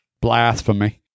Blasphemy